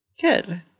Good